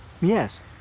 Yes